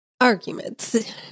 arguments